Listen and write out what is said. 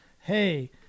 hey